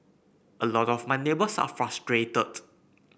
a lot of my neighbours are frustrated